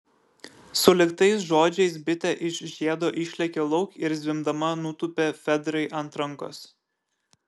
sulig tais žodžiais bitė iš žiedo išlėkė lauk ir zvimbdama nutūpė fedrai ant rankos